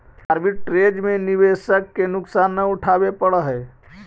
arbitrage में निवेशक के नुकसान न उठावे पड़ऽ है